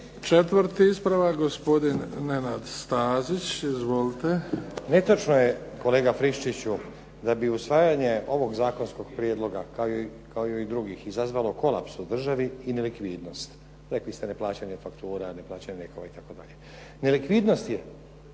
četvrti ispravak, gospodin Nenad Stazić. Izvolite. **Stazić, Nenad (SDP)** Netočno je, kolega Friščiću, da bi usvajanje ovog zakonskog prijedloga kao i ovih drugih, izazvalo kolaps u državi i nelikvidnost. Rekli ste, neplaćanje faktura, neplaćanje lijekova itd. Nelikvidnost je,